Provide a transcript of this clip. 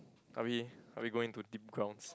are we are we going to deep grounds